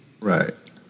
Right